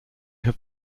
have